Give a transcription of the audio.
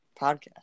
podcast